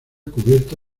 cubierta